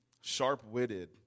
sharp-witted